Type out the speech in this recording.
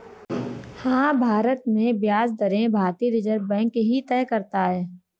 हाँ, भारत में ब्याज दरें भारतीय रिज़र्व बैंक ही तय करता है